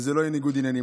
זה לא יהיה ניגוד עניינים,